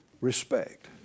respect